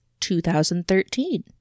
2013